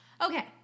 okay